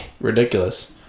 ridiculous